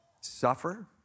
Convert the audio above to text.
suffer